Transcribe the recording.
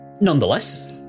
Nonetheless